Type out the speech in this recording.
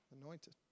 anointed